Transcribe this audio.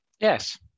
Yes